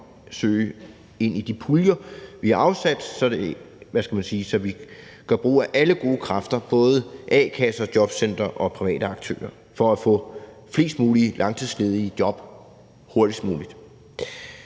søge de puljer, vi har afsat, så vi gør brug af alle gode kræfter, både a-kasser, jobcentre og private aktører, for at få flest mulige langtidsledige i job hurtigst muligt.